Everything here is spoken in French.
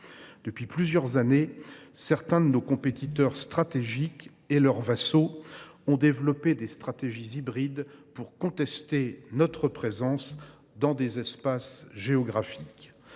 depuis plusieurs années, certains de nos compétiteurs et leurs vassaux ont développé des stratégies hybrides pour contester notre présence dans certaines espaces géographiques.